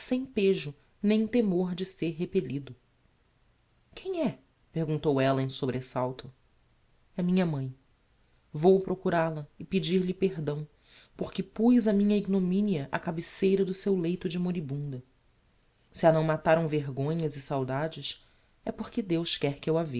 sem pejo nem temor de ser repellido quem é perguntou ella em sobresalto é minha mãi vou procural a e pedir-lhe perdão porque puz a minha ignominia á cabeceira do seu leito de moribunda se a não mataram vergonhas e saudades é porque deus quer que eu